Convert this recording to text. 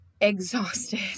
exhausted